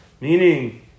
Meaning